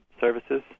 Services